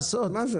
בואו נשמע על כך.